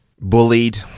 Bullied